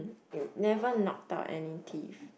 you never knock out any teeth